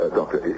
Doctor